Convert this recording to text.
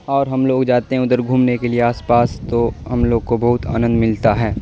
اور ہم لوگ جاتے ہیں ادھر گھومنے کے لیے آس پاس تو ہم لوگ کو بہت آنند ملتا ہے